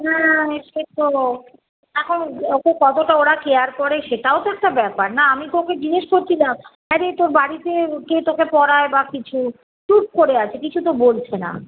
হ্যাঁ হ্যাঁ হ্যাঁ সে তো এখন ওকে কতটা ওরা কেয়ার করে সেটাও তো একটা ব্যাপার না আমি তো ওকে জিজ্ঞেস করছিলাম হ্যাঁ রে তোর বাড়িতে কে তোকে পড়ায় বা কিছু চুপ করে আছে কিছু তো বলছে না